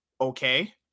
okay